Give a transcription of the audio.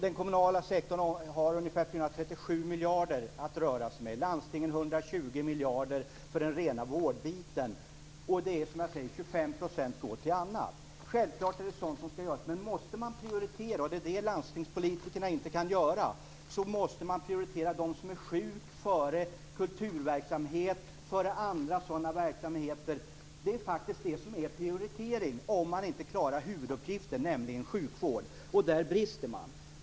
Den kommunala sektorn har ungefär 437 miljarder att röra sig med och landstingen 120 miljarder för den rena vårdbiten. 25 % går till annat. Det är självfallet sådant som skall göras, men om man måste prioritera - det är det som landstingspolitikerna inte kan göra - måste man prioritera dem som är sjuka före kulturverksamhet och före andra sådana verksamheter. Det är det som är prioritering, om man inte klarar huvuduppgiften, nämligen sjukvård. Där brister man.